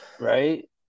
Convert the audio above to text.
Right